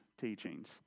teachings